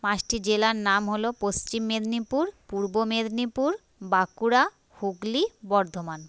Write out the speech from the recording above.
পাঁচটি জেলার নাম হল পশ্চিম মেদিনীপুর পূর্ব মেদিনীপুর বাঁকুড়া হুগলি বর্ধমান